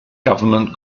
government